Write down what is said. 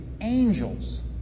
angels